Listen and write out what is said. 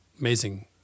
amazing